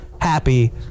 happy